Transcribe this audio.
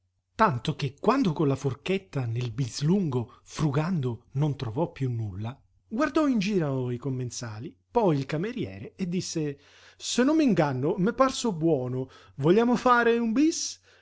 tanto che quando con la forchetta nel bislungo frugando non trovò piú nulla guardò in giro i commensali poi il cameriere e disse se non m'inganno m'è parso buono vogliamo fare un bis